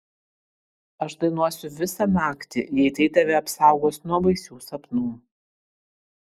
aš dainuosiu visą naktį jei tai tave apsaugos nuo baisių sapnų